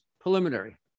preliminary